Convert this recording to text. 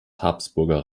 habsburger